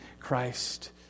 Christ